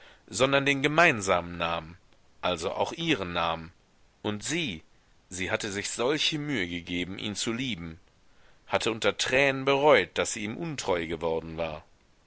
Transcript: sondern den gemeinsamen namen also auch ihren namen und sie sie hatte sich solche mühe gegeben ihn zu lieben hatte unter tränen bereut daß sie ihm untreu geworden war